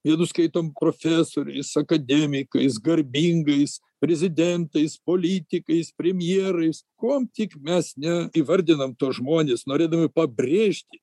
vienus skaitom profesoriais akademikais garbingais prezidentais politikais premjerais kuom tik mes ne įvardinam tuos žmones norėdami pabrėžti